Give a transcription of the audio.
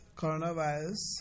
coronavirus